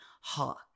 Hawk